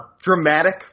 dramatic